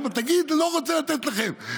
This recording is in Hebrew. תגיד: לא רוצה לתת לכם,